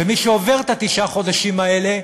ומי שעובר את תשעת החודשים האלה,